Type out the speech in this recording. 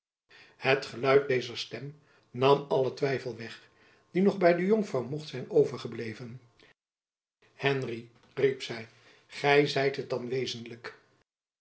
het geluid dezer stem nam allen twijfel weg die nog by de jonkvrouw mocht zijn overgebleven henry riep zy gy zijt het dan wezenlijk